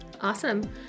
Awesome